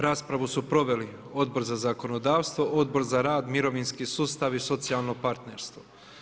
Raspravu su proveli Odbor za zakonodavstvo, Odbor za rad, mirovinski sustav i socijalno partnerstvo.